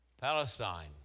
Palestine